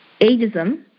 Ageism